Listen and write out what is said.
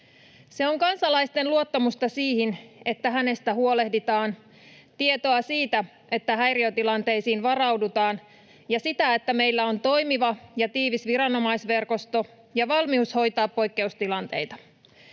Se on kansalaisen luottamusta siihen, että hänestä huolehditaan, tietoa siitä, että häiriötilanteisiin varaudutaan, ja sitä, että meillä on toimiva ja tiivis viranomaisverkosto ja valmius hoitaa poikkeustilanteita.